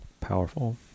powerful